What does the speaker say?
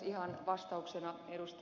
ihan vastauksena ed